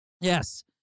Yes